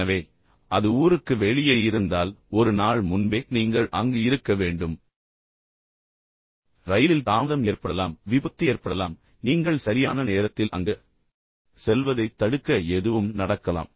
எனவே அது ஊருக்கு வெளியே இருந்தால் ஒரு நாள் முன்பே நீங்கள் அங்கு இருக்க வேண்டும் ரயிலில் தாமதம் ஏற்படலாம் விபத்து ஏற்படலாம் நீங்கள் சரியான நேரத்தில் அங்கு செல்வதைத் தடுக்க எதுவும் நடக்கலாம்